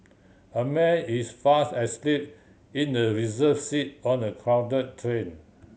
a man is fast asleep in a reserve seat on the crowd train